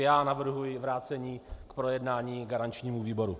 Já navrhuji vrácení k projednání garančnímu výboru.